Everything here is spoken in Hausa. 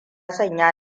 sanya